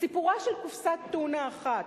סיפורה של קופסת טונה אחת,